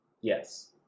Yes